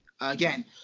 again